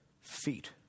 feet